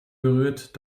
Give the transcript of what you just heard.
berührt